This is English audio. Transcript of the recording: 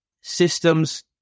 systems